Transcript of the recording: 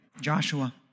Joshua